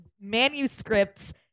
manuscripts